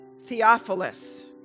Theophilus